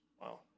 Wow